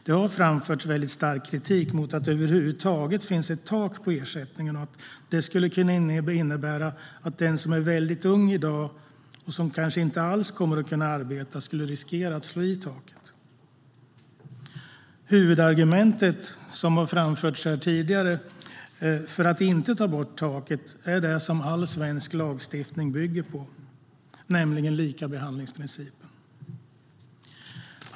Det har framförts stark kritik mot att det över huvud taget finns ett tak på ersättningen och att det skulle innebära att den som är mycket ung i dag och som kanske inte alls kommer att kunna arbeta skulle riskera att slå i taket. Huvudargumentet som har framförts tidigare för att inte ta bort taket är den som all svensk lagstiftning bygger på, nämligen likabehandlingsprincipen.